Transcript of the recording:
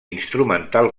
instrumental